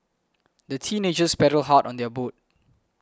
the teenagers paddled hard on their boat